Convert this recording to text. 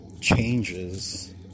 changes